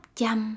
chăm